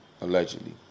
allegedly